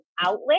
outlet